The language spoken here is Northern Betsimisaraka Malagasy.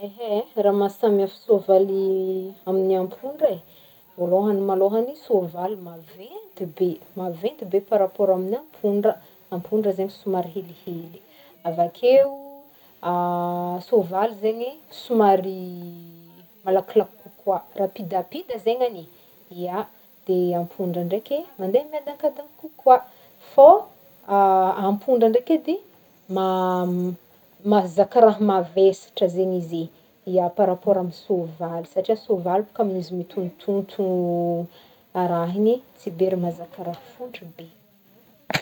Ehe, raha mahasamihafa soavaly amin'ny ampondra e, volohagny malohagny soavaly maventy be- maventy par rapport amin'ny ampondra, ampndra zegny somary helihely, dia avy akeo soavaly zegny somary malakilaky kokoa rapidapida zegny ane, ya dia ampondra ndraiky mandeha miadankadagny kokoa, fô ampondra ndraiky edy ma- mahazaka raha mavesatry zegny izy e, ya par rapport amy soavaly satria soavaly baka amin'izy mitontontontogno raha iny tsy dia ro mahazaka raha fontry be.